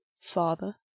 father